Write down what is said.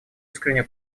искреннюю